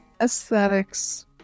Aesthetics